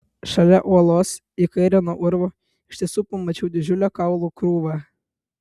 šalia uolos į kairę nuo urvo iš tiesų pamačiau didžiulę kaulų krūvą